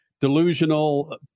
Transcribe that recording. delusional